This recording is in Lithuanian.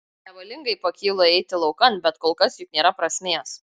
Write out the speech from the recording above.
nevalingai pakylu eiti laukan bet kol kas juk nėra prasmės